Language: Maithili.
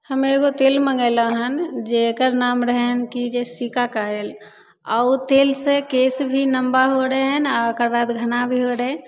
हमे एगो तेल मँगेलयै हन जकर नाम रहन कि जे सिकाकाइ आओर ओ तेलसँ केस भी लम्बा हो रहय हैन आओर ओकर बाद घना भी हो रहय